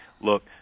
look